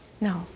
No